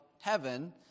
heaven